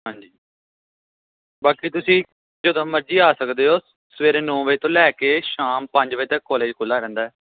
ਹਾਂਜੀ ਬਾਕੀ ਤੁਸੀਂ ਜਦੋਂ ਮਰਜੀ ਆ ਸਕਦੇ ਹੋ ਸਵੇਰੇ ਨੌਂ ਵਜੇ ਤੋਂ ਲੈ ਕੇ ਸ਼ਾਮ ਪੰਜ ਵਜੇ ਤੱਕ ਕੋਲੇਜ ਖੁੱਲ੍ਹਾ ਰਹਿੰਦਾ